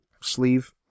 sleeve